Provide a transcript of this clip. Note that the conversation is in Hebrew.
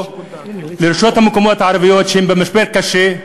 או לרשויות המקומיות הערביות, שהן במשבר קשה,